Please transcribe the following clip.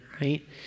right